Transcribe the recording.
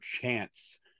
chance